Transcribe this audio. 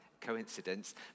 coincidence